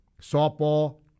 softball